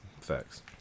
facts